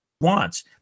wants